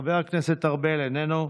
חבר הכנסת ארבל, איננו,